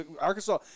Arkansas